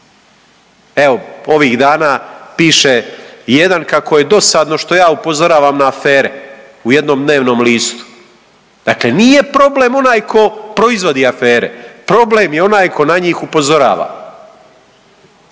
Evo, ovih dana piše jedan kako je dosadno što ja upozoravam na afere u jednom dnevnom listu. Dakle nije problem onaj tko proizvodi afere, problem je onaj tko na njih upozorava.